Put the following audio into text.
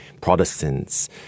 Protestants